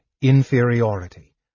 inferiority